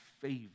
favor